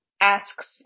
asks